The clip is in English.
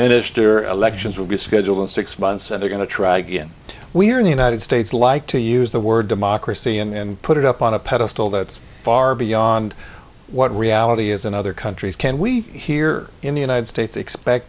minister elections will be scheduled in six months they're going to try again we're in the united states like to use the word democracy and put it up on a pedestal that's far beyond what reality is in other countries can we here in the united states expect